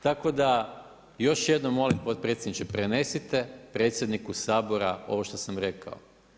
Tako da još jednom molim potpredsjedniče prenesite predsjedniku Sabora ovo što sam rekao.